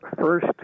First